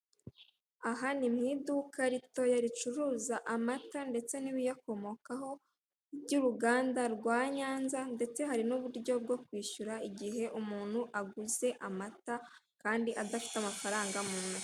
Aha ni mu iduka ritoya ricuruza amata ndetse n'ibiyakomokaho by'uruganda rwa Nyanza. Hariho uburyo bwo kwishyura igihe umuntu aguze amata Kandi adafite amafaranga mu ntoki.